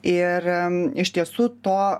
ir iš tiesų to